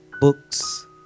books